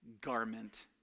garment